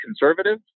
conservative